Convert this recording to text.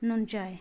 نُن چاے